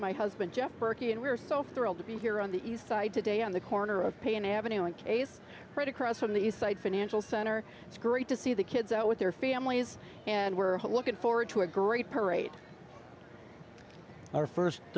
my husband jeff burkey and we're so thrilled to be here on the east side today on the corner of pain avenue and ace right across from the east side financial center it's great to see the kids out with their families and we're looking forward to a great parade our first